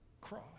cross